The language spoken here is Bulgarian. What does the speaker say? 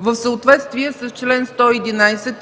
В съответствие с чл. 111,